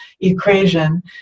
equation